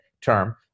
term